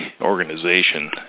organization